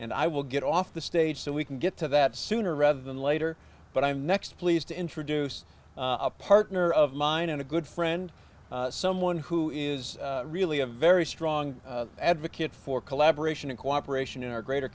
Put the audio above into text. and i will get off the stage so we can get to that sooner rather than later but i'm next pleased to introduce a partner of mine and a good friend someone who is really a very strong advocate for collaboration and cooperation in our greater